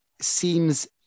seems